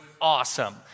awesome